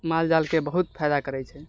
मालजालके बहुत फायदा करै छै